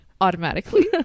Automatically